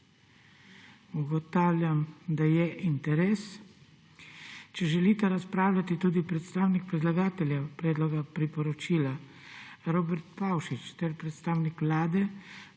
Ugotavljam, da je interes. Če želita razpravljati tudi predstavnik predlagateljev predloga priporočila Robert Pavšič ter predstavnik Vlade,